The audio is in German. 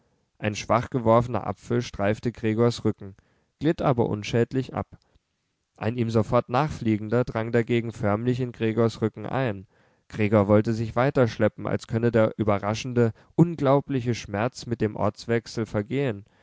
ein schwach geworfener apfel streifte gregors rücken glitt aber unschädlich ab ein ihm sofort nachfliegender drang dagegen förmlich in gregors rücken ein gregor wollte sich weiterschleppen als könne der überraschende unglaubliche schmerz mit dem ortswechsel vergehen